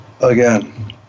again